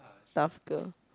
tough girl